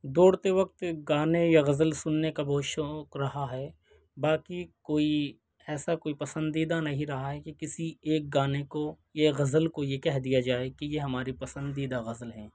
دوڑتے وقت گانے یا غزل سُننے کا بہت شوق رہا ہے باقی کوئی ایسا کوئی پسندیدہ نہیں رہا ہے کہ کسی ایک گانے کو یا غزل کو یہ کہہ دیا جائے کہ یہ ہمارے پسندیدہ غزل ہیں